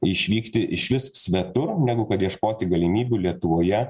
išvykti išvis svetur negu kad ieškoti galimybių lietuvoje